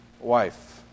wife